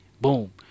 Boom